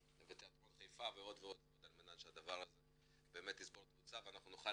ותיאטרון חיפה ועוד ועוד על מנת שהדבר הזה יצבור תאוצה ונוכל